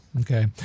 Okay